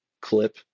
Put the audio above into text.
clip